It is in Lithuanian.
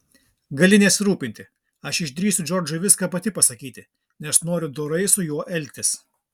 gali nesirūpinti aš išdrįsiu džordžui viską pati pasakyti nes noriu dorai su juo elgtis